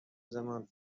زمان